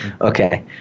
Okay